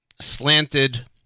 slanted